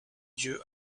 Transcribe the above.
dieu